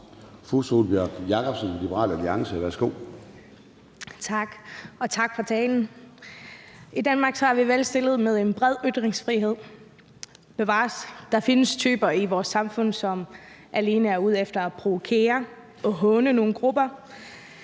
Sólbjørg Jakobsen (LA): Tak, og tak for talen. I Danmark er vi godt stillet med en bred ytringsfrihed. Bevares, der findes typer i vores samfund, som alene er ude efter at provokere og håne nogle grupper.